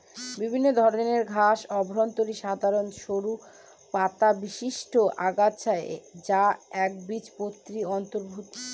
বিভিন্ন ধরনের ঘাস অত্যন্ত সাধারন সরু পাতাবিশিষ্ট আগাছা যা একবীজপত্রীর অন্তর্ভুক্ত